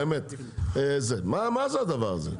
באמת, מה זה הדבר הזה?